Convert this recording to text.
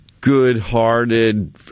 good-hearted